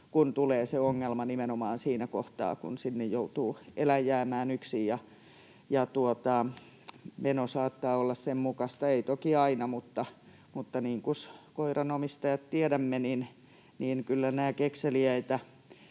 kun tulee se ongelma nimenomaan siinä kohtaa, kun sinne joutuu eläin jäämään yksin ja meno saattaa olla sen mukaista, ei toki aina. Niin kuin me koiranomistajat tiedämme, niin kyllä nämä nelijalkaiset